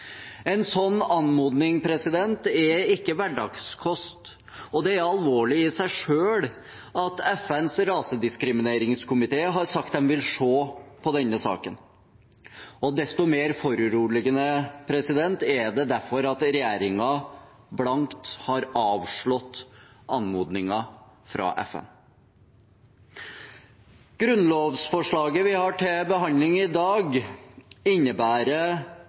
En sånn anmodning er ikke hverdagskost. Det er alvorlig i seg selv at FNs rasediskrimineringskomité har sagt at de vil se på denne saken. Desto mer foruroligende er det derfor at regjeringen blankt har avslått anmodningen fra FN. Grunnlovsforslaget vi har til behandling i dag, innebærer